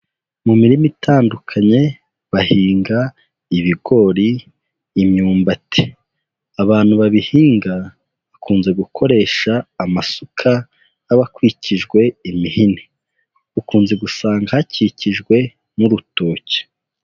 Mu mirima itandukanye bahinga ibigori, imyumbati, abantu babihinga bakunze gukoresha amasuka aba akwikijwe imihini, ukunze gusanga hakikijwe n'urutoki.